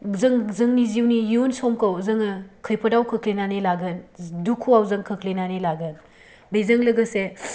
जों जोंनि जिउनि इयुन समखौ जोङो खैफोदाव खोख्लैनानै लागोन दुखुआव जों खोख्लैनानै लागोन बेजों लोगोसे